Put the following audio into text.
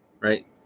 Right